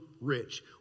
rich